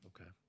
Okay